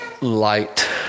light